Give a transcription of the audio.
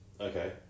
Okay